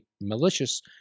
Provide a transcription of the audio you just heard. malicious